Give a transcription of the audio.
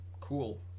Cool